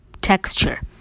texture